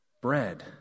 Bread